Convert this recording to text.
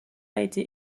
été